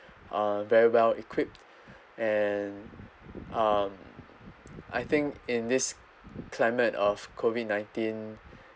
uh very well equipped and um I think in this climate of COVID nineteen